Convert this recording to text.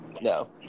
No